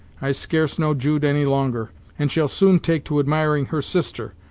i scarce know jude any longer, and shall soon take to admiring her sister,